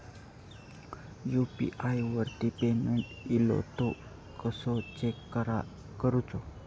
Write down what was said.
UPI वरती payment इलो तो कसो चेक करुचो?